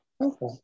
Okay